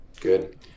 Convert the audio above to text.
Good